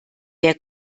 der